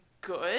good